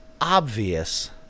obvious